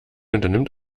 unternimmt